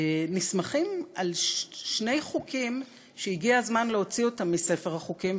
נסמכים על שני חוקים שהגיע הזמן להוציא אותם מספר החוקים,